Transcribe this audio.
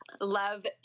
love